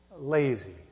lazy